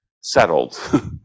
settled